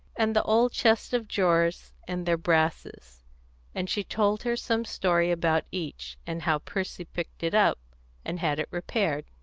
and the old chests of drawers and their brasses and she told her some story about each, and how percy picked it up and had it repaired.